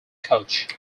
coach